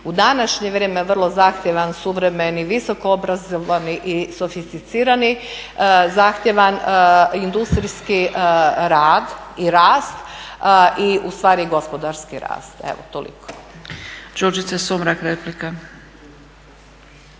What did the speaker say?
u današnje vrijeme vrlo zahtjevan suvremeni i visoko obrazovani i sofisticirani zahtjevan industrijski rad i rast i u stvari gospodarski rast. Evo toliko.